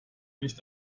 nicht